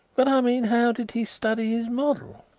but, i mean, how did he study his model?